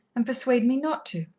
and persuade me not to.